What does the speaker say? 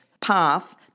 path